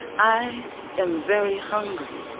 i am very hungry.